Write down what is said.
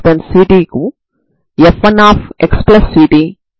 ఇప్పుడు c1 విలువను Xx లో ఉంచినట్లయితే నేను Xx c2cos μb sin μ ని పొందుతాను